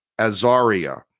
Azaria